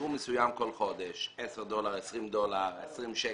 סכום מסוים כל חודש, 10 דולר, 20 דולר, 20 שקלים.